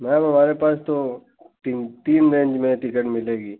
ma'am हमारे पास तो तीन तीन रेन्ज में टिकट मिलेगी